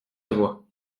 voix